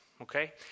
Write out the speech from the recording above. okay